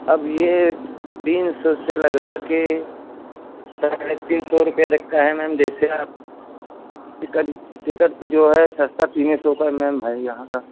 अब यह तीन सौ से लगाकर साढ़े तीन सौ रुपया लगता है मैम जैसे आप इसका टिकट जो है सस्ता तीन सौ का मैम है यहाँ का